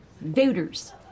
voters